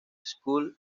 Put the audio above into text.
school